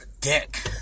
dick